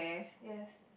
yes